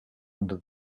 under